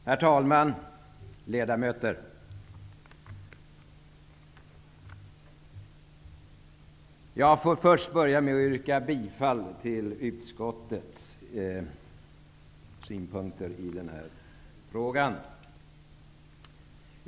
Herr talman! Ledamöter! Jag får börja med att yrka bifall till utskottets hemställan i det här ärendet.